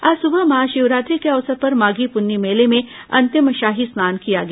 आज सबह महाशिवरात्रि के अवसर पर माघी पन्नी मेले में अंतिम शाही स्नान किया गया